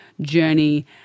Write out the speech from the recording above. journey